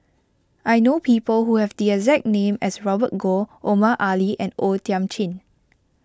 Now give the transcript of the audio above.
I know people who have the exact name as Robert Goh Omar Ali and O Thiam Chin